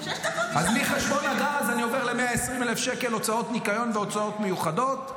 אז מחשבון הגז אני עובר ל-120,000 שקל הוצאות ניקיון והוצאות מיוחדות.